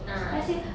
ah